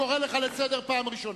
אני קורא אותך לסדר בפעם הראשונה.